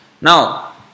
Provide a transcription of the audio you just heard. Now